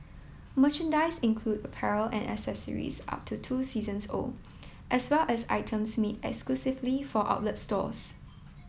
merchandise include apparel and accessories up to two seasons old as well as items made exclusively for outlet stores